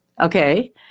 Okay